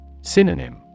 Synonym